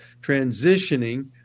transitioning